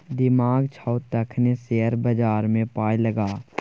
दिमाग छौ तखने शेयर बजारमे पाय लगा